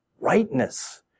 Rightness